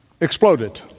exploded